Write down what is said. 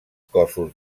cossos